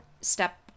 step